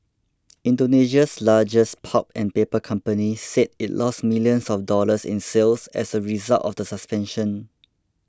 Indonesia's largest pulp and paper company said it lost millions of dollars in sales as a result of the suspension